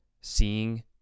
seeing